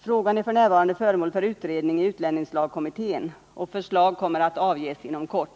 Frågan är f. n. föremål för utredning i utlänningslagkommittén och förslag kommer att avges inom kort.